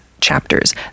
chapters